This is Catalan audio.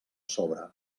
sobre